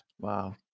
Wow